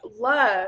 love